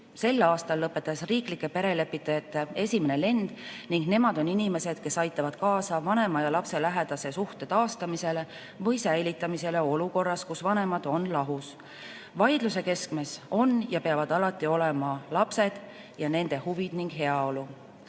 Sel aastal lõpetas riiklike perelepitajate esimene lend ning nemad on inimesed, kes aitavad kaasa vanema ja lapse lähedase suhte taastamisele või säilitamisele olukorras, kus vanemad on lahus. Vaidluse keskmes on ja peavad alati olema lapsed ja nende huvid ning